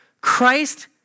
Christ